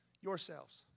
yourselves